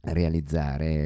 realizzare